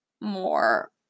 more